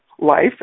life